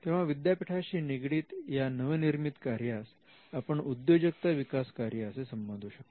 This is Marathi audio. तेव्हा विद्यापीठाशी निगडित या नवनिर्मित कार्यास आपण उद्योजकता विकास कार्य असे संबोधू शकतो